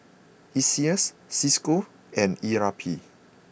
Iseas Cisco and E R P